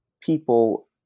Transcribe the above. people